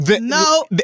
no